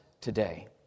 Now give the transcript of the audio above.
today